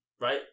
right